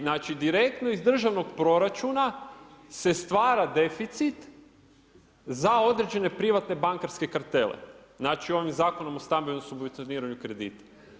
Znači, direktno iz državnog proračuna se stvara deficit za određene privatne bankarske kartele, znači ovim Zakonom o stambenom subvencioniranju kredita.